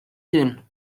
hun